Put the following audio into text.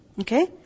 Okay